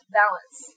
balance